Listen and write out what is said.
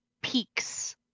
peaks